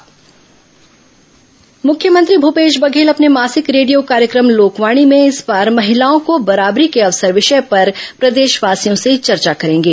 लोकवाणी मुख्यमंत्री भूपेश बघेल अपने मासिक रेडियो कार्यक्रम लोकवाणी में इस बार महिलाओं को बराबरी के अवसर विषय पर प्रदेशवासियों से चर्चा करेंगे